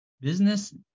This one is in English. Business